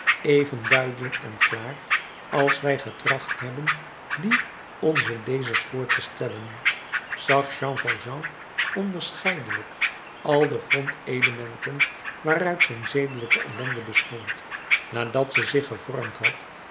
even duidelijk en klaar als wij getracht hebben dien onzen lezers voor te stellen zag jean valjean onderscheidenlijk al de grondelementen waaruit zijn zedelijke ellende bestond nadat ze zich gevormd had